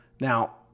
Now